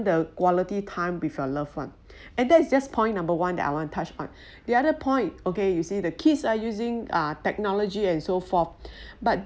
the quality time with your loved one and that's just point number one that I want touch on the other point okay you see the kids are using uh technology and so forth but